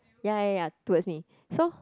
ya ya ya towards me so